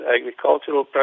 agricultural